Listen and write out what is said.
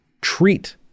treat